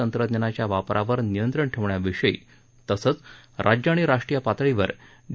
तंत्रज्ञानाच्या वापरावर नियंत्रण ठेवण्याविषयी तसंच राज्य आणि राष्ट्रीय पातळीवर डी